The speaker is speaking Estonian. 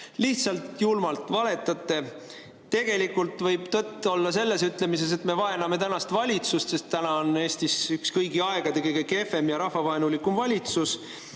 lihtsalt julmalt valetate. Tegelikult võib tõtt olla selles ütlemises, et me vaename praegust valitsust, sest praegu on Eestis üks kõigi aegade kõige kehvem ja rahvavaenulikum valitsus.